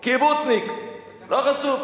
קיבוצניק, לא חשוב.